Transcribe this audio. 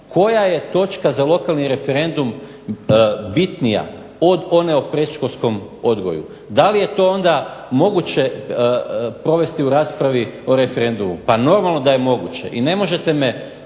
koja je točka za lokalni referendum od one o predškolskom odgoju? Da li je to onda moguće provesti u raspravi o referendumu? Pa normalno da je moguće i ne možete me